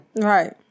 right